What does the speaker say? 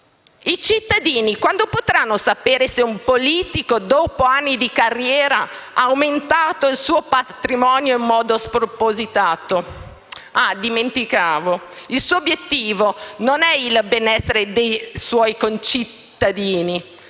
I cittadini quando potranno sapere se un politico, dopo anni di carriera, ha aumentato il suo patrimonio in modo spropositato? Dimenticavo, il suo obiettivo non è il benessere dei suoi concittadini.